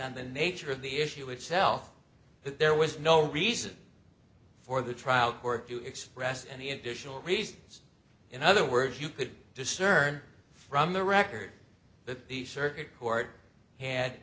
on the nature of the issue itself that there was no reason for the trial court to express any additional reasons in other words you could discern from the record that the circuit court had